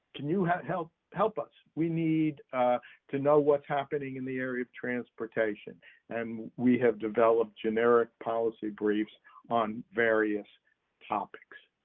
can you help, help help us? we need to know what's happening in the area of transportation and we have developed generic policy briefs on various topics.